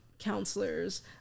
counselors